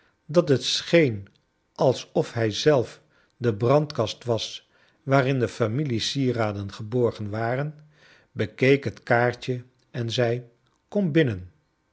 dat het scheen alsof hij zelf de brandkast was waarin de familie sieraden geborgen waren bekeek het kaartje en zei kom binnen